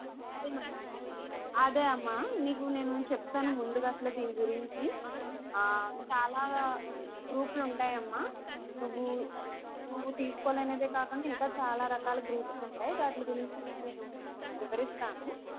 అదే అదే అమ్మా నీకు నేను చెప్తాను ముందుగా అసలు దీని గురించి చాలా గ్రూపులు ఉంటాయి అమ్మా నువ్వు నువ్వు తీసుకోవాలి అనే కాకుండా చాలా రాకాల గ్రూప్సు ఉంటాయి వాటి గురించి నీకు నేకు వివరిస్తాను